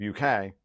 UK